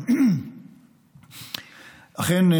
אכן,